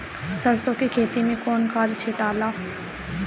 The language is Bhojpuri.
सरसो के खेती मे कौन खाद छिटाला?